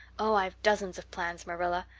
oh, i've dozens of plans, marilla.